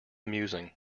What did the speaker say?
amusing